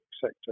sector